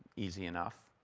easy enough.